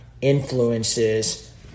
influences